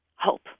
hope